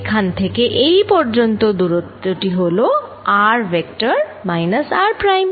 এখান থেকে এই পর্যন্ত দূরত্ব টি হল r vector minus r prime